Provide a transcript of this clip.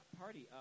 Party